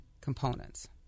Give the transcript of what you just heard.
components